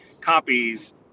copies